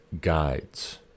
guides